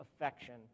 affection